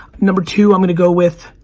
number two i'm gonna go with.